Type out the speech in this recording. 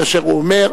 כאשר הוא אומר,